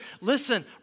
listen